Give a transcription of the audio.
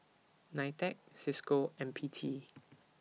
NITEC CISCO and P T